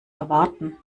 erwarten